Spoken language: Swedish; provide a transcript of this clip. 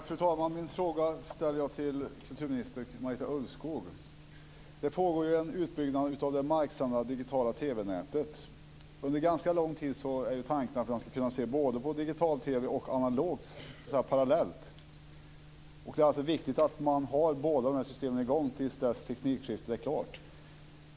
Fru talman! Min fråga ställer jag till kulturminister Marita Ulvskog. Det pågår en utbyggnad av det marksända digitala TV-nätet. Tanken är att man under ganska lång tid ska kunna se på digital-TV och på analog-TV parallellt. Det är alltså viktigt att man har båda dessa system i gång till dess att teknikskiftet är klart.